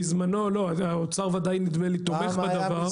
בזמנו, האוצר וודאי נדמה לי תומך בדבר.